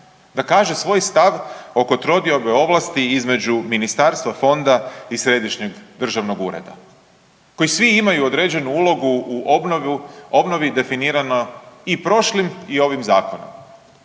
da kaže svoj stav oko trodiobe ovlasti između ministarstva, fonda i središnjeg državnog ureda, koji svi imaju određenu ulogu u obnovi definirano i prošlim i ovim zakonom.